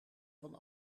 van